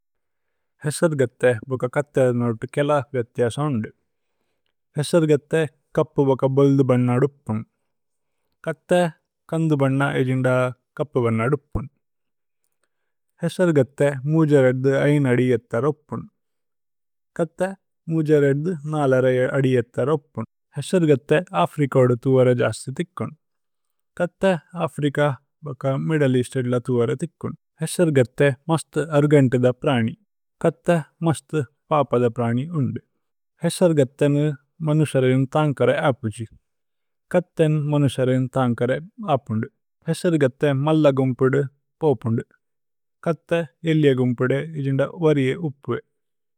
ഹേസര്ഗഥേ ബോക കഥേ നൌത് കേല വ്യഥ്യ സോഉന്ദു। ഹേസര്ഗഥേ കപ് ബോക ബല്ദു ബന്ന ദുപ്പുന് കഥേ। കന്ദു ബന്ന ഏജിന്ദ കപ് ബന്ന ദുപ്പുന് ഹേസര്ഗഥേ। മുജ രേദ്ദു അയ്ന് അദിയേത്ത രൌപ്പുന് കഥേ മുജ രേദ്ദു। നാല് അരയ അദിയേത്ത രൌപ്പുന് ഹേസര്ഗഥേ അഫ്രിക। ഓദു ഥുവര ജസ്തി ഥിക്കുന് കഥേ അഫ്രിക ബോക മിദ്ദ്ലേ। ഏഅസ്ത് ഏദ്ല ഥുവര ഥിക്കുന് ഹേസര്ഗഥേ മസ്ത്। അര്ഗന്തിദ പ്രനി കഥേ മസ്ത് പപദ പ്രനി ഉന്ദു। ഹേസര്ഗഥേ നു മനുസരേന് തന്കര അപുജി കഥേന്। മനുസരേന് തന്കര അപുന്ദു। ഹേസര്ഗഥേ മല്ലഗുമ്। പുദു പോപുന്ദു കഥേ ഏല്ലഗുമ് പുദു ഏജിന്ദ വരിഏ ഉപ്വേ।